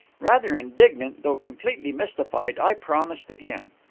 rather indignant, though completely mystified, i promised again.